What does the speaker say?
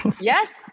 yes